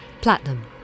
Platinum